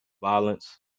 violence